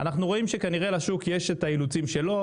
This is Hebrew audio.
אבל אנחנו רואים שכנראה לשוק יש את האילוצים שלו,